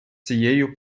цією